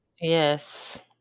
Yes